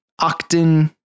Octin